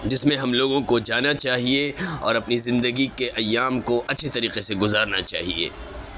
جس میں ہم لوگوں کو جانا چاہیے اور اپنی زندگی کے ایام کو اچھے طریقے سے گذارنا چاہیے